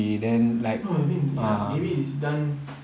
no I mean ya maybe it is done